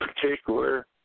particular